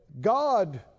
God